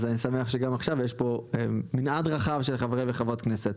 אז אני שמח שגם עכשיו יש פה מנעד רחב של חברי וחברות כנסת.